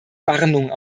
warnung